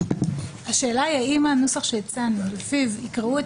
השאלה היא האם הנוסח שהצענו לפיו יקראו את